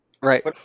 right